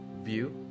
view